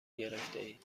گرفتهاید